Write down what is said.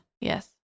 Yes